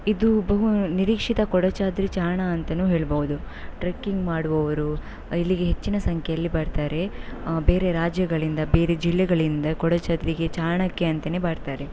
ಇದು ಬಹುನಿರೀಕ್ಷಿತ ಕೊಡಚಾದ್ರಿ ಚಾರಣ ಅಂತಾನು ಹೇಳ್ಬೋದು ಟ್ರೆಕ್ಕಿಂಗ್ ಮಾಡುವವರು ಇಲ್ಲಿಗೆ ಹೆಚ್ಚಿನ ಸಂಖ್ಯೆಯಲ್ಲಿ ಬರ್ತಾರೆ ಬೇರೆ ರಾಜ್ಯಗಳಿಂದ ಬೇರೆ ಜಿಲ್ಲೆಗಳಿಂದ ಕೊಡಚಾದ್ರಿಗೆ ಚಾರಣಕ್ಕೆ ಅಂತಾನೇ ಬರ್ತಾರೆ